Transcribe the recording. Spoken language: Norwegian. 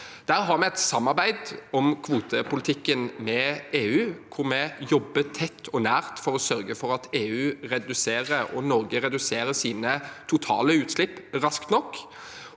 Der har vi et samarbeid om kvotepolitikken med EU hvor vi jobber tett og nært for å sørge for at EU og Norge reduserer sine totale utslipp raskt nok.